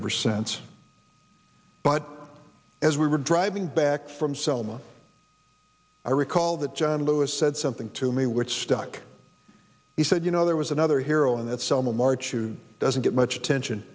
ever since but as we were driving back from selma i recall that john lewis said something to me which stuck he said you know there was another hero and at selma march two doesn't get much attention